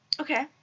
Okay